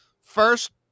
First